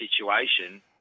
situation